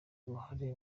uruhare